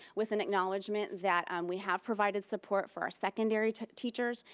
with an acknowledgement that we have provided support for our secondary teachers.